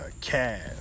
Cash